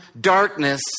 darkness